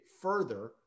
further